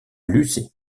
lucé